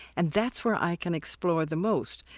and that's where i can explore the most.